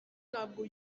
ntabwo